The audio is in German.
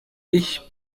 ich